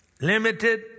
limited